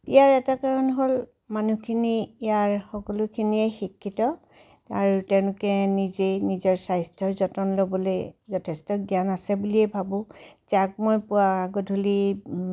ইয়াৰ এটা কাৰণ হ'ল মানুহখিনি ইয়াৰ সকলোখিনিয়েই শিক্ষিত আৰু তেওঁলোকে নিজেই নিজৰ স্বাস্থ্যৰ যতন ল'বলৈ যথেষ্ট জ্ঞান আছে বুলিয়েই ভাবোঁ যাক মই পুৱা গধূলি